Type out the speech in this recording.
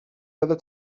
oeddet